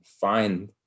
find